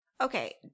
Okay